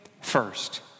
first